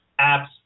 apps